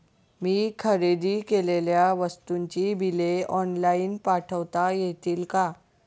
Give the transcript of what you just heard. मी खरेदी केलेल्या वस्तूंची बिले ऑनलाइन पाठवता येतील का?